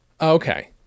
okay